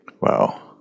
wow